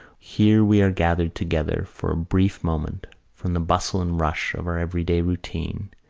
here we are gathered together for a brief moment from the bustle and rush of our everyday routine.